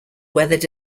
weathered